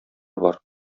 бар